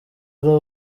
ari